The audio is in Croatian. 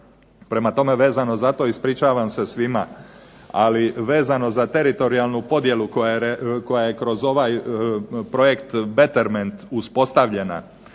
svima, ali vezano za teritorijalnu podjelu koja je kroz ovaj projekt betterment uspostavljena,